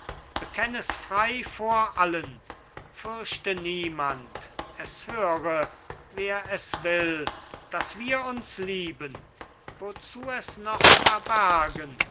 bekenn es frei vor allen fürchte niemand es höre wer es will daß wir uns lieben wozu es noch verbergen